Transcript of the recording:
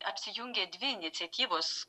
apsijungė dvi iniciatyvos